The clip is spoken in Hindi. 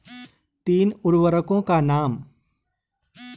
तीन उर्वरकों के नाम?